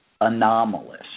anomalous